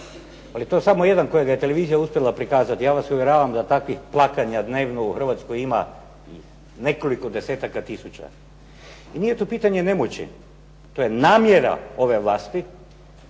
Ali to je samo jedan kojega je televizija uspjela prikazati. Ja vas uvjeravam da takvih plakanja dnevno u Hrvatskoj ima nekoliko desetaka tisuća. Nije to pitanje nemoći, to je namjera ove vlasti,